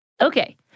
Okay